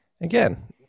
again